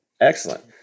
Excellent